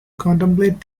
contemplate